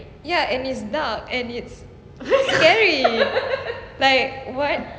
ya and it's dark and it's scary like